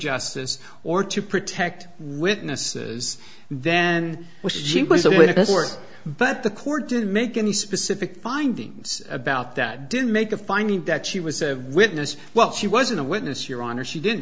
justice or to protect witnesses then we should but the court didn't make any specific findings about that didn't make a finding that she was a witness well she wasn't a witness your honor she didn't